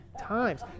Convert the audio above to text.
times